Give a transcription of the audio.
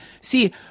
see